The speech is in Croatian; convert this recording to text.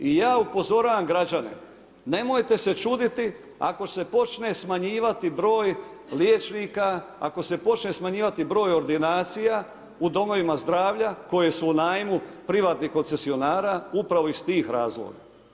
I ja upozoravam građane, nemojte se čuditi ako se počne smanjivati broj liječnika, ako se počne smanjivati broj ordinacija u domovima zdravlja koje su u najmu, privatnih koncesionara upravo iz tih razloga.